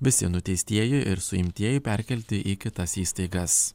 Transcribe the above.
visi nuteistieji ir suimtieji perkelti į kitas įstaigas